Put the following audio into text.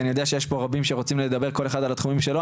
כי אני יודע שיש פה רבים שרוצים לדבר כל אחד על התחומים שלו,